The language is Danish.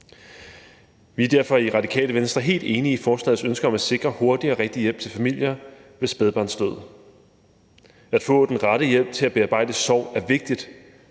Vi er derfor i Radikale Venstre helt enige i forslagets ønske om at sikre hurtig og rigtig hjælp til familier ved spædbarnsdød. At få den rette hjælp til at bearbejde sorg er vigtigt,